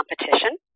competition